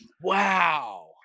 Wow